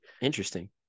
Interesting